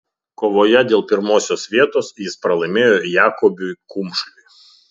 kovoje dėl pirmosios vietos jis pralaimėjo jakobiui kumšliui